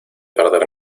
perder